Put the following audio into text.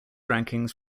rankings